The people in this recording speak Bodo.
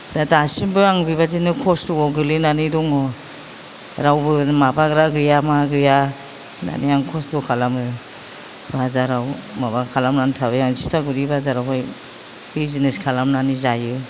दा दासिमबो आं बेबादिनो खस्त'आव गोलैनानै दङ रावबो माबाग्रा गैया मा गैया होन्नानै आं कस्त' खालामो बाजाराव माबा खालामनानै थाबाय आं थिथागुरि बाजारावहाय बिजनेस खालामनानै जायो